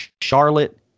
Charlotte